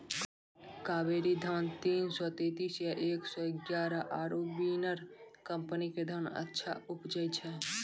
कावेरी धान तीन सौ तेंतीस या एक सौ एगारह आरु बिनर कम्पनी के धान अच्छा उपजै छै?